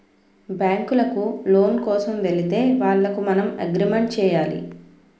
బ్యాంకులకు లోను కోసం వెళితే వాళ్లకు మనం అగ్రిమెంట్ చేయాలి